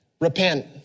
repent